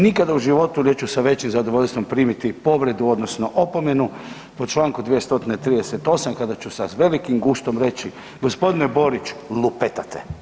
Nikada u životu neću sa većim zadovoljstvom primiti povredu odnosno opomenu po Članku 238., kada ću sa velikim guštom reći gospodine Borić lupetate.